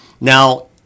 Now